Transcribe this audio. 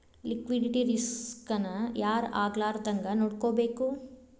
Liquidity risk ನ ಯಾರ್ ಆಗ್ಲಾರ್ದಂಗ್ ನೊಡ್ಕೊಬೇಕು?